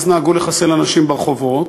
אז נהגו לחסל אנשים ברחובות,